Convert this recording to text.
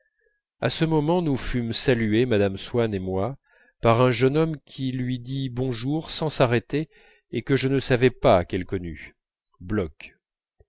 à ce moment nous fûmes salués mme swann et moi par un jeune homme qui lui dit bonjour sans s'arrêter et que je ne savais pas qu'elle connût bloch